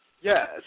Yes